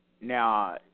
Now